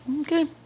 Okay